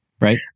right